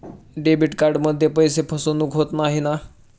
Debit कार्डमध्ये पैसे फसवणूक होत नाही ना?